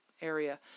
area